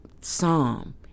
Psalm